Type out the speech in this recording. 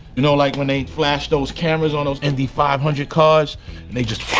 you know, like when they flash those cameras on those indy five hundred cars? and they just.